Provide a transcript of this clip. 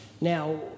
Now